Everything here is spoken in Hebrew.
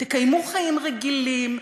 תקיימו חיים רגילים.